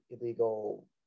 illegal